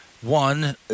one